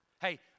Hey